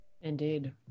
Indeed